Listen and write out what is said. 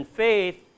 faith